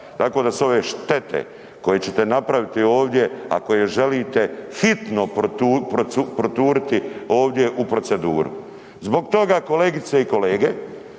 Tako da su ove štete koje ćete napraviti ovdje, ako je želite hitno poturiti ovdje u proceduru. Zbog toga kolegice i kolege,